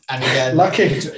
Lucky